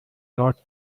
not